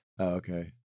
Okay